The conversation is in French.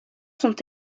sont